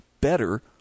better